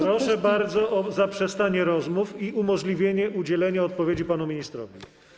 Proszę bardzo o zaprzestanie rozmów i umożliwienie udzielenia odpowiedzi panu ministrowi.